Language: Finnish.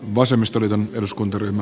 arvoisa puhemies